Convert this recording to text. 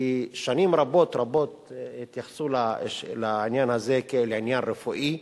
כי שנים רבות רבות התייחסו לעניין הזה כאל עניין רפואי,